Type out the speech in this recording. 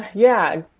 yeah,